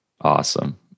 Awesome